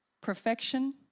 perfection